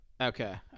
Okay